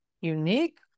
unique